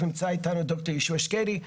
נמצא איתנו ד"ר יהושע שקדי,